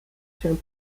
się